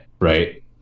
right